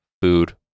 food